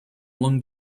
long